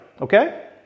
Okay